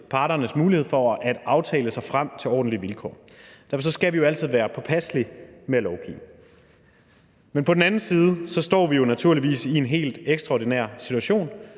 parternes mulighed for at aftale sig frem til ordentlige vilkår. Derfor skal vi altid være påpasselige med at lovgive. Men på den anden side står vi jo naturligvis i en helt ekstraordinær situation,